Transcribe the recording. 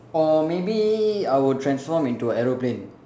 or maybe I will transform into a aeroplane